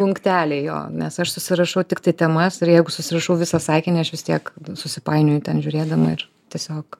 punkteliai jo nes aš susirašau tiktai temas ir jeigu susirašau visą sakinį aš vis tiek susipainioju ten žiūrėdama ir tiesiog